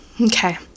okay